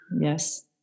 Yes